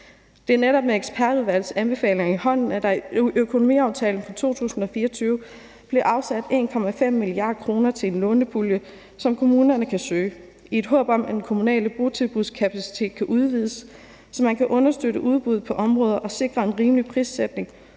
Det er netop med ekspertudvalgets anbefaling i hånden, at der i økonomiaftalen for 2024 bliver afsat 1,5 mia. kr. til en lånepulje, som kommunerne kan søge, i et håb om, at den kommunale botilbudskapacitet kan udvides, så man kan understøtte udbuddet på området og sikre en rimelig prissætning